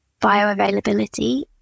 bioavailability